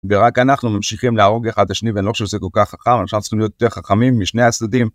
ורק אנחנו ממשיכים להרוג אחד את השני, ואני לא חושב שזה כל כך חכם, אני חושב שאנחנו צריכים להיות יותר חכמים משני הצדדים.